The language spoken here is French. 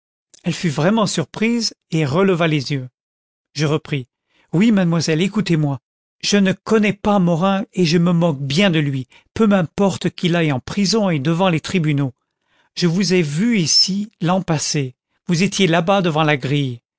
elle fut vraiment surprise et releva les yeux je repris oui mademoiselle écoutez-moi je ne connais pas morin et je me moque bien de lui peu m'importe qu'il aille en prison et devant les tribunaux je vous ai vue ici l'an passé vous étiez là-bas devant la grille